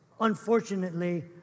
unfortunately